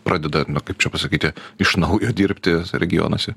pradeda nu kaip čia pasakyti iš naujo dirbti regionuose